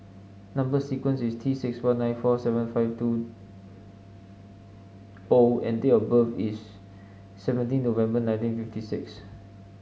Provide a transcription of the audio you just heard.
number sequence is T six one nine four seven five two O and date of birth is seventeen November nineteen fifty six